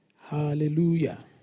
Hallelujah